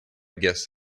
guessed